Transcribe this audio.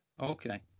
Okay